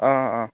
অঁ অঁ